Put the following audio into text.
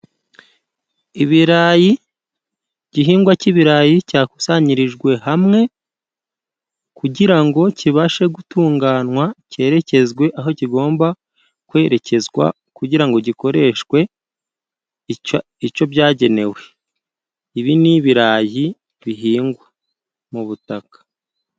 Ibirayi, igihingwa cy'ibirayi cyakusanyirijwe hamwe kugira ngo kibashe gutunganywa cyerekezwe aho kigomba kwerekezwa, kugira ngo gikoreshwe icyo byagenewe. Ibi ni ibirayi bihingwa mu butaka.